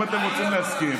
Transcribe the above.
אם אתם רוצים להסכים,